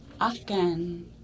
Afghan